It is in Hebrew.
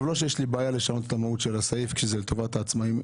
לא שיש לי בעיה לשנות את המהות של הסעיף כשזה לטובת העצמאיים,